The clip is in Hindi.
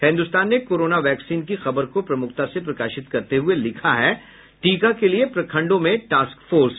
हिन्दुस्तान ने कोरोना वैक्सीन की खबर को प्रमुखता से प्रकाशित करते हुये लिखा है टीका के लिए प्रखंडों में टास्क फोर्स